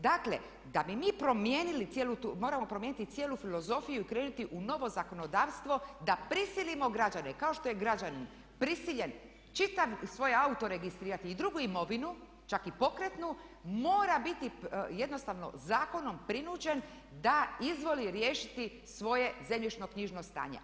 Dakle, da bi mi promijenili cijelu tu, moramo promijeniti cijelu filozofiju i krenuti u novo zakonodavstvo da prisilimo građane, kao što je građanin prisiljen čitav svoj auto registrirati i drugu imovinu, čak i pokretnu mora biti jednostavno zakonom prinuđen da izvoli riješiti svoje zemljišno knjižno stanje.